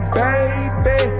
baby